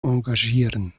engagieren